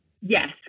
Yes